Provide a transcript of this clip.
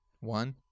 One